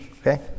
okay